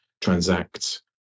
transact